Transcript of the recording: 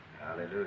Hallelujah